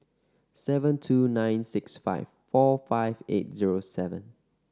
seven two nine six five four five eight zero seven